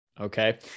okay